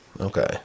Okay